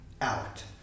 out